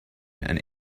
and